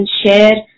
share